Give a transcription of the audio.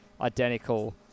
identical